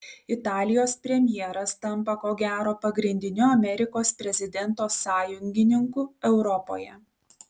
italijos premjeras tampa ko gero pagrindiniu amerikos prezidento sąjungininku europoje